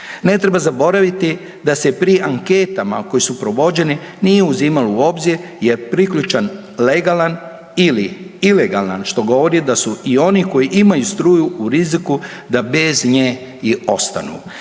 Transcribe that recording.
Ne treba zaboraviti da se pri anketama koje su provođene nije uzimalo u obzir je li priključak legalan ili ilegalan, što govori da su i oni koji imaju struju u riziku da bez nje i ostanu.